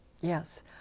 Yes